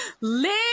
live